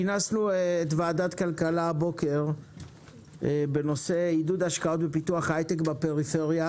כינסנו את ועדת הכלכלה הבוקר בנושא עידוד השקעות בפיתוח הייטק בפריפריה,